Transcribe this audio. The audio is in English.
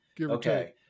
Okay